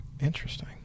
Interesting